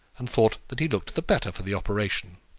and thought that he looked the better for the operation.